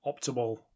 optimal